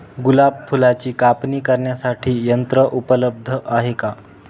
गुलाब फुलाची कापणी करण्यासाठी यंत्र उपलब्ध आहे का?